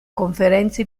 conferenza